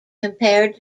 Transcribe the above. compared